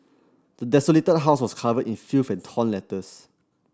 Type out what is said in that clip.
the desolated house was covered in filth and torn letters